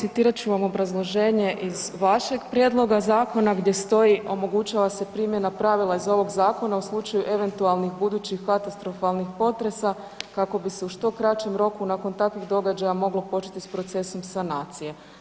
Pa evo, citirat ću vam obrazloženje iz vašeg prijedloga zakona gdje stoji, omogućava se primjena pravila iz ovog zakona u slučaju eventualnih budućih katastrofalnih potresa kako bi se u što kraćem roku nakon takvih događaja moglo početi s procesom sanacije.